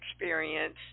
experience